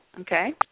Okay